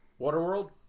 Waterworld